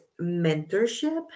mentorship